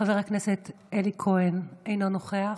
חבר הכנסת אלי כהן, אינו נוכח,